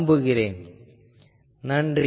நன்றி